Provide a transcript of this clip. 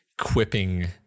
quipping